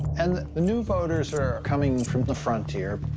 and the new voters are coming from the frontier.